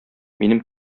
минем